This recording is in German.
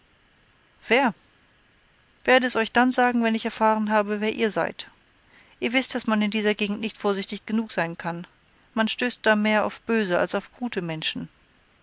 wer werde es euch dann sagen wenn ich erfahren habe wer ihr seid ihr wißt daß man in dieser gegend nicht vorsichtig genug sein kann man stößt da mehr auf böse als auf gute menschen